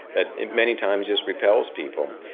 that many times just repels people.